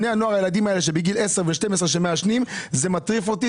הילדים בגיל 10 ו-12 שמעשנים זה מטריף אותי.